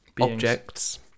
objects